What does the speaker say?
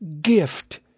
gift